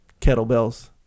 kettlebells